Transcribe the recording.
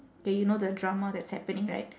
K you know the drama that's happening right